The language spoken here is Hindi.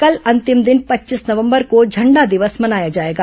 कल अंतिम दिन पच्चीस नवंबर को झण्डा दिवस मनाया जाएगा